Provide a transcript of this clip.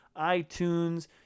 iTunes